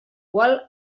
qual